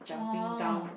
oh